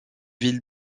ville